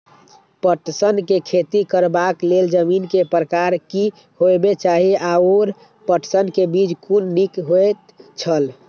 पटसन के खेती करबाक लेल जमीन के प्रकार की होबेय चाही आओर पटसन के बीज कुन निक होऐत छल?